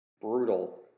brutal